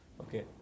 Okay